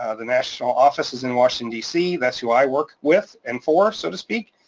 ah the national office is in washington dc. that's who i work with and for, so to speak.